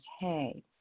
hey